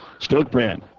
Stokebrand